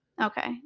okay